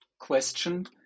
question